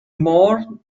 more